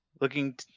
looking